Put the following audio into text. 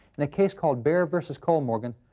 in a case calld baer vs. kolmorgan,